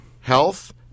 health